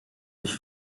sich